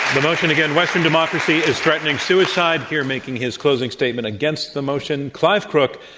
the motion, again, western democracy is threatening suicide. here making his closing statement against the motion, clive crook,